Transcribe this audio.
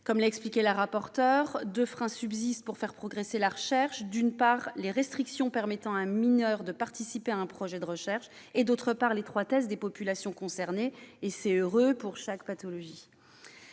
Comme l'a expliqué Mme la rapporteur, deux freins subsistent pour faire progresser la recherche : d'une part, les restrictions permettant à un mineur de participer à un projet de recherche ; d'autre part, l'étroitesse des populations concernées- c'est heureux ! -pour chaque pathologie.